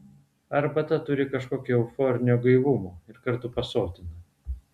arbata turi kažkokio euforinio gaivumo ir kartu pasotina